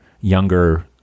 younger